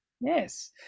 Yes